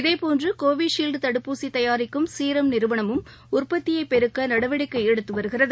இதேபோன்று கோவிஷீல்டு தடுப்பூசி தயாரிக்கும் சீரம் நிறுவனமும் உற்பத்தியை பெருக்க நடவடிக்கை எடுத்து வருகிறது